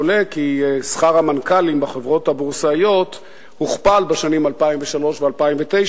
עולה כי שכר המנכ"לים בחברות הבורסאיות הוכפל בין השנים 2003 ו-2009,